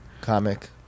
comic